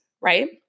right